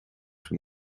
from